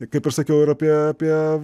ir kaip aš sakiau ir apie apie